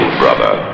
brother